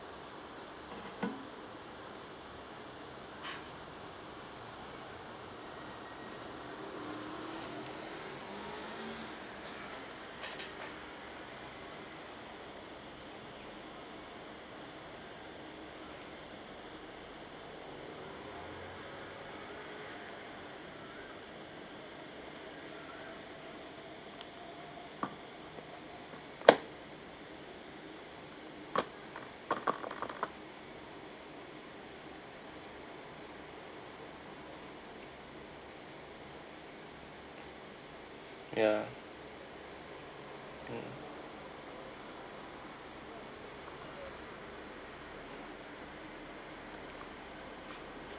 yeah mm